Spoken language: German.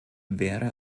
wäre